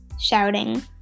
shouting